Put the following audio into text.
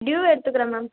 due எடுத்துக்கிறேன் ma'am